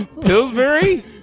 Pillsbury